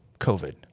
COVID